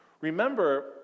Remember